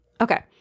Okay